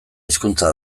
hizkuntza